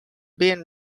been